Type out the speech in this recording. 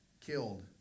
killed